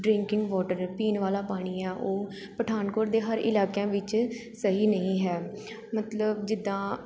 drinking water ਪੀਣ ਵਾਲਾ ਪਾਣੀ ਆ ਉਹ ਪਠਾਨਕੋਟ ਦੇ ਹਰ ਇਲਾਕਿਆਂ ਵਿੱਚ ਸਹੀ ਨਹੀਂ ਹੈ ਮਤਲਬ ਜਿੱਦਾਂ